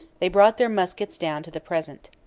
they brought their muskets down to the present.